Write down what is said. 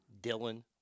Dylan